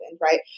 Right